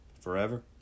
forever